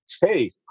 hey